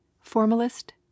Formalist